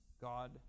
God